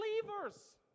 Believers